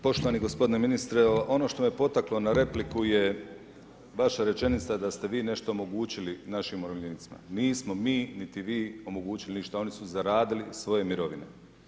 Poštovani ministre, ono što me potaklo na repliku je vaša rečenica da ste vi nešto omogućili našim umirovljenicima, nismo mi, niti vi omogućili ništa, oni su zaradili svoje mirovine.